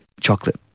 chocolate